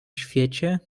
świecie